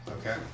okay